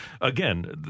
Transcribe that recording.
again